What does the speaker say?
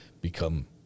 become